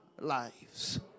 lives